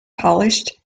polished